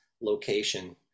location